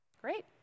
Great